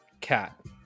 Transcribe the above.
cat